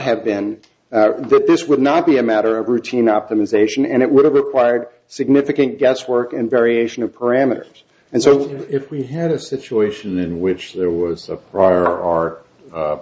have been that this would not be a matter of routine optimization and it would have required significant guesswork and variation of parameters and so if we had a situation in which there was a ferrari or